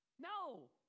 No